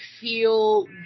feel